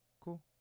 Cool